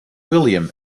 william